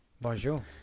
Bonjour